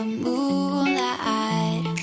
moonlight